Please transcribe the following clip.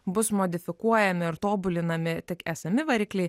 bus modifikuojami ir tobulinami tik esami varikliai